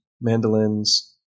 mandolins